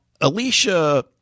Alicia